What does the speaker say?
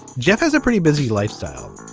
jeff has a pretty busy lifestyle.